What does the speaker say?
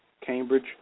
Cambridge